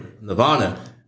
Nirvana